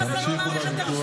דרך אגב,